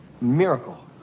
miracle